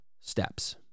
steps